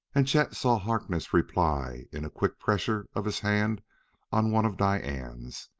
and chet saw harkness' reply in a quick pressure of his hand on one of diane's.